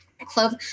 clove